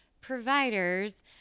providers